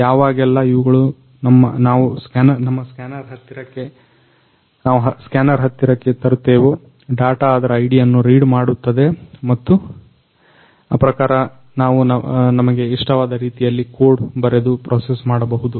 ಯಾವಗೆಲ್ಲ ಇವುಗಳನ್ನ ನಾವು ಸ್ಕ್ಯಾನರ್ ಹತ್ತಿರಕ್ಕೆ ತರುತ್ತೇವೊ ಡಾಟ ಅದರ IDಯನ್ನ ರೀಡ್ ಮಾಡುತ್ತದೆ ಮತ್ತು ಆ ಪ್ರಕಾರ ನಾವು ನಮಗೆ ಇಷ್ಟವಾದ ರೀತಿಯಲ್ಲಿ ಕೋಡ್ ಬರೆದು ಪ್ರೊಸೆಸ್ ಮಾಡಬಹುದು